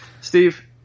Steve